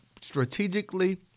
strategically